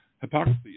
hypocrisy